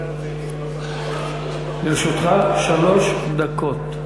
לרשותך שלוש דקות.